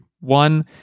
One